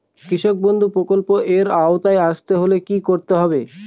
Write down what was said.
কৃষকবন্ধু প্রকল্প এর আওতায় আসতে হলে কি করতে হবে?